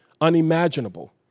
unimaginable